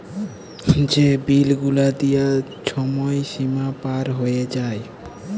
যে বিল গুলা দিয়ার ছময় সীমা পার হঁয়ে যায়